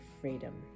freedom